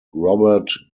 robert